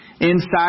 inside